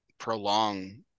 Prolong